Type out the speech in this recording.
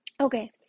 Okay